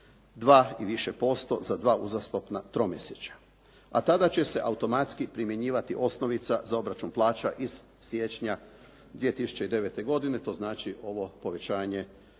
2 i više posto za dva uzastopna tromjesečja, a tada će se automatski primjenjivati osnovica za obračun plaća iz siječnja 2009. godine, to znači ovo povećanje